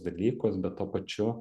dalykus bet tuo pačiu